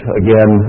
again